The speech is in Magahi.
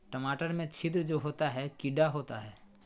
टमाटर में छिद्र जो होता है किडा होता है?